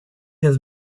has